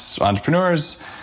entrepreneurs